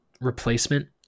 replacement